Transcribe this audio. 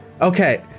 Okay